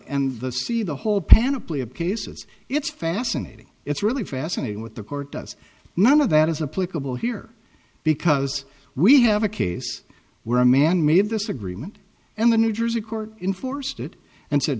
the see the whole panoply of cases it's fascinating it's really fascinating what the court does none of that is a political here because we have a case where a man made this agreement and the new jersey court enforced it and